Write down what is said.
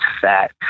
fat